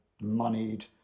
moneyed